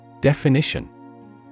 Definition